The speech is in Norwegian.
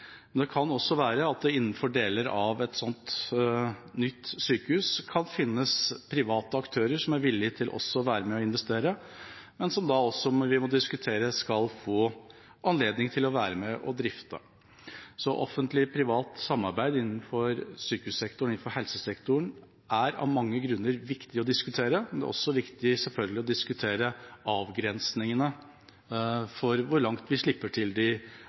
Men det kan også være at det innenfor deler av et slikt nytt sykehus kan finnes private aktører som er villige til å være med på å investere, men da må vi diskutere om de skal få anledning til å være med å drifte. Så offentlig–privat samarbeid innenfor sykehussektoren og helsesektoren er av mange grunner viktig å diskutere. Men det er selvfølgelig også viktig å diskutere avgrensingene for hvor langt vi slipper til de